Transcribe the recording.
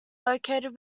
located